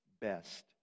best